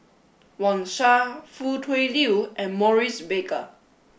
Wang Sha Foo Tui Liew and Maurice Baker